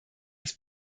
des